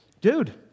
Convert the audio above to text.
dude